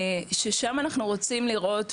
ששם אנחנו רוצים לראות,